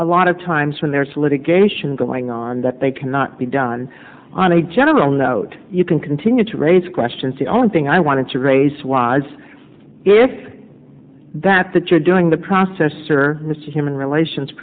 a lot of times when there's litigation going on that they cannot be done on a general note you can continue to raise a question the only thing i wanted to raise was if that that you're doing the processor mr human relations